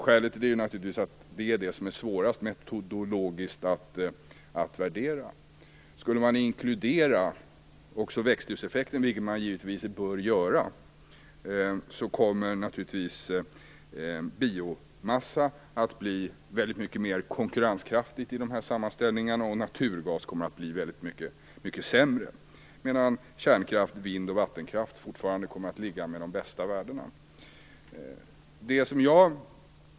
Skälet är naturligtvis att växthuseffekten är det som är det metodologiskt svåraste att värdera. Om man skulle inkludera även den effekten, vilket man givetvis bör göra, kommer naturligtvis biomassa att bli mycket mer konkurrenskraftigt i sammanställningarna. Naturgas kommer att bli mycket sämre. Kärnkraft, vind och vattenkraft kommer fortfarande att ha de bästa värdena.